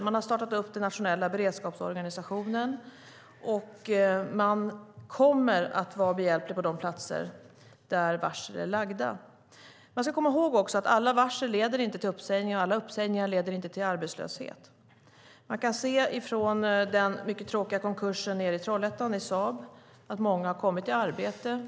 Man har startat upp den nationella beredskapsorganisationen, och man kommer att vara behjälplig på de platser där varsel är lagda. Man ska också komma ihåg att alla varsel inte leder till uppsägning och att alla uppsägningar inte leder till arbetslöshet. Man kan se från den mycket tråkiga konkursen nere i Trollhättan i Saab att många har kommit i arbete.